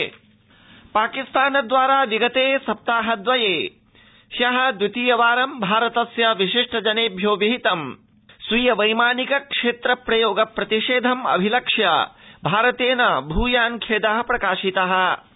भारतम ाकिस्तानम पाकिस्तान दवारा विगते सप्ताह दवये हयो दवितीय वारं भारतस्य विशिष्ट जनेभ्यो विहितं स्वीय वैमानिक क्षेत्र प्रयोग प्रतिषेधम् अभिलक्ष्य भारतेन भ्यान् खेद प्रकाशितोऽस्ति